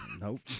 Nope